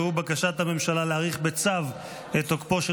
והוא בקשת הממשלה להאריך בצו את תוקפו של